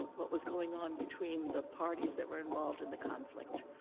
what was going on between the parties that were involved in the conflict.